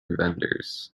vendors